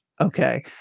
Okay